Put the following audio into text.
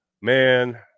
Man